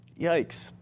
yikes